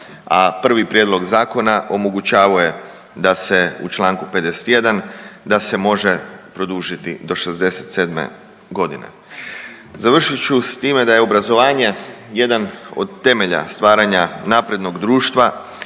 a prvi prijedlog zakona omogućavao je da se u čl. 51 da se može produžiti do 67. g. Završit ću s time da je obrazovanje jedan od temelja stvaranja naprednog društva,